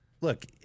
look